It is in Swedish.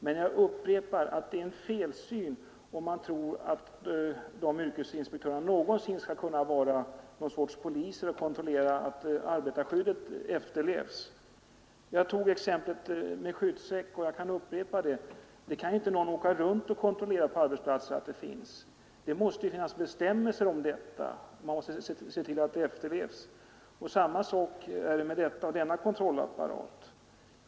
Men jag upprepar att det är en felsyn om man tror att dessa yrkesinspektörer någonsin skall kunna vara någon sorts poliser och kontrollera att bestämmelserna om arbetarskydd efterlevs. Jag tog exemplet med skyddsräck, och jag kan upprepa det. Ingen kan åka runt på arbetsplatserna och kontrollera att skyddsräck finns. Det måste vara bestämmelser om detta, och man måste se till att de efterlevs. Samma sak är det med denna kontrollapparat.